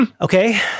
Okay